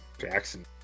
jackson